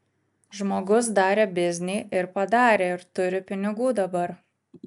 žmogus darė biznį ir padarė ir turi pinigų dabar